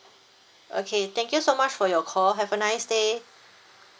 okay thank you so much for your call have a nice day